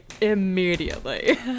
immediately